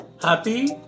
Happy